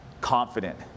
confident